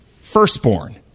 firstborn